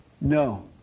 No